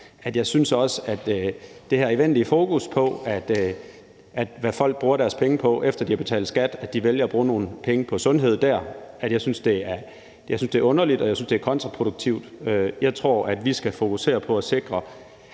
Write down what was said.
jeg synes, at det her evindelige fokus på, hvad folk bruger deres penge på, efter de har betalt skat, og at de vælger at bruge nogle penge på sundhed, er underligt, og jeg synes, at det er kontraproduktivt. Jeg tror, at vi skal fokusere på at sikre,